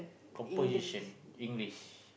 composition English